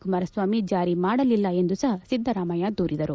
ಕುಮಾರಸ್ವಾಮಿ ಜಾರಿ ಮಾಡಲಿಲ್ಲ ಎಂದು ಸಹ ಸಿದ್ದರಾಮಯ್ಯ ದೂರಿದರು